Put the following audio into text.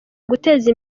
guteza